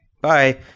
bye